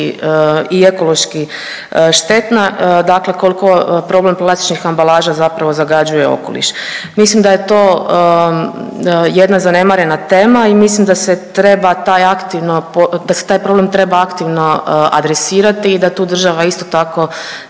i ekološki štetna. Dakle, koliko problem plastičnih ambalaža zapravo zagađuje okoliš. Mislim da je to jedna zanemarena tema i mislim da se taj problem treba aktivno adresirati i da tu država isto tako